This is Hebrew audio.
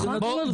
נכון, נכון.